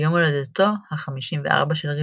ביום הולדתו ה-54 של ריברה.